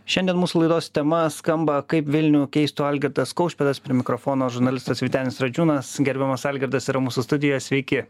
šiandien mūsų laidos tema skamba kaip vilnių keistų algirdas kaušpėdas prie mikrofono žurnalistas vytenis radžiūnas gerbiamas algirdas ir mūsų studijoje sveiki